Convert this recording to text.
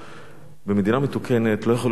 במדינה מתוקנת לא יכול להיות שום תירוץ